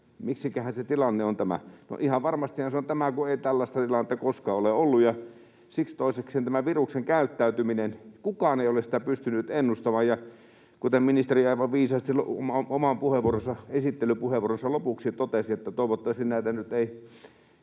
miksiköhän se tilanne on tämä. No, ihan varmastihan se on tämä, kun ei tällaista tilannetta koskaan ole ollut ja siksi toisekseen tätä viruksen käyttäytymistä ei kukaan ole pystynyt ennustamaan. Ministeri aivan viisaasti oman esittelypuheenvuoronsa lopuksi totesi, että toivottavasti näitä nyt ei